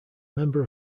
member